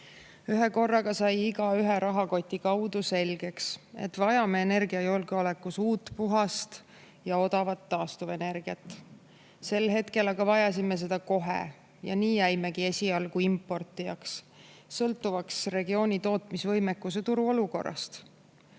Ühekorraga sai igaühele rahakoti kaudu selgeks, et me vajame energiajulgeolekus uut, puhast ja odavat taastuvenergiat. Sel hetkel aga vajasime seda kohe ja nii jäimegi esialgu importijaks, sõltuvaks regiooni tootmisvõimekusest ja turuolukorrast.